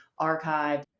archived